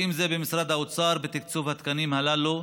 ואם זה במשרד האוצר בתקצוב התקנים הללו.